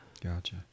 gotcha